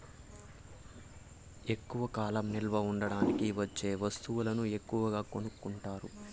ఎక్కువ కాలం నిల్వ ఉంచడానికి వచ్చే వస్తువులను ఎక్కువగా కొనుక్కుంటారు